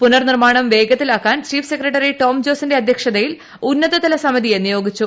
പുനർനിർമാണം വേഗത്തിലാക്കാൻ chief secretary Tom ജോസിന്റെ അധ്യക്ഷതയിൽ ഉന്നതതല സമിതിയെ നിയോഗിച്ചു